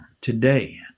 today